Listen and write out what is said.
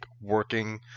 working